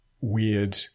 weird